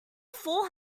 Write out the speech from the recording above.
four